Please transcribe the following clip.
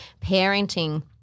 parenting